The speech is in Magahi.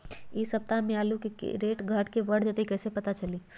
एक सप्ताह मे आलू के रेट घट ये बढ़ जतई त कईसे पता चली?